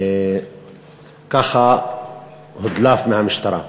ככה הודלף מהמשטרה.